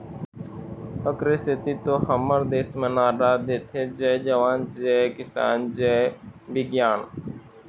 एखरे सेती तो हमर देस म नारा देथे जय जवान, जय किसान, जय बिग्यान